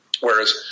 whereas